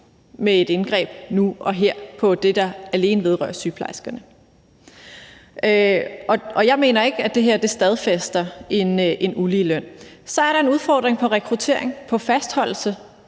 med et indgreb nu og her på det, der alene vedrører sygeplejerskerne. Og jeg mener ikke, at det her stadfæster en uligeløn. Så er der en udfordring i forhold til rekruttering og fastholdelse,